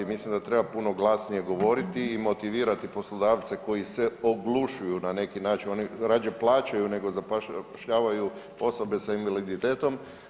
Mislim da treba puno glasnije govoriti i motivirati poslodavce koji se oglušuju na neki način, oni rađe plaćaju nego zapošljavaju osobe s invaliditetom.